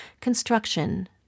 construction